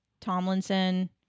tomlinson